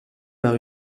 par